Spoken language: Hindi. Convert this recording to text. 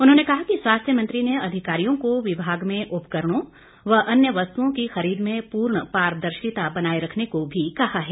उन्होंने कहा कि स्वास्थ्य मंत्री ने अधिकारियों को विभाग में उपकरणों व अन्य वस्तुओं की खरीद में पूर्ण पारदर्शिता बनाए रखने को भी कहा है